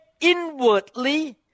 inwardly